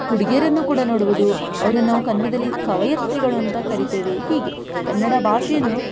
ಹುಡುಗಿಯರನ್ನು ಕೂಡ ನೋಡಬಹುದು ಅವರನ್ನು ನಾವು ಕನ್ನಡದಲ್ಲಿ ಕವಯಿತ್ರಿಗಳು ಅಂತ ಕರಿತೇವೆ ಹೀಗೆ ಕನ್ನಡ ಭಾಷೆಯನ್ನು